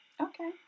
Okay